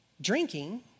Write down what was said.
drinking